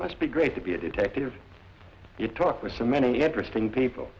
must be great to be a detective you talk with so many interesting people